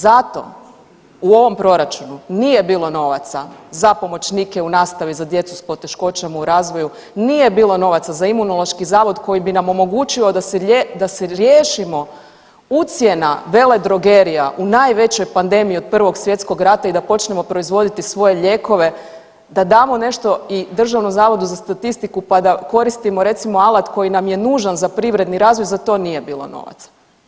Zato u ovom proračunu nije bilo novaca za pomoćnike u nastavi za djecu s poteškoćama u razvoju, nije bilo novaca za Imunološki zavod koji bi nam omogućio da se riješimo ucjena veledrogerija u najvećoj panedmiji od I. svjetskog rata i da počnemo proizvoditi svoje lijekove, da damo nešto i DZS-u pa da koristimo recimo alat koji nam je nužan za privredni razvoja, za to nije bilo novaca.